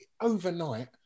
overnight